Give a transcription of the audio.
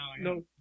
no